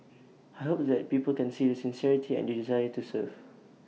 I hope that people can see the sincerity and the desire to serve